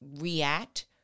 react